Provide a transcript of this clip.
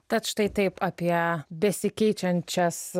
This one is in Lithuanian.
tad štai taip apie besikeičiančias